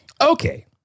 Okay